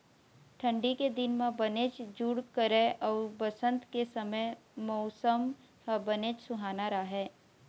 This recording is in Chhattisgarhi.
ठंडी के दिन म बनेच जूड़ करय अउ बसंत के समे मउसम ह बनेच सुहाना राहय